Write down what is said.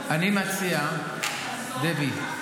דבי,